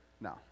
No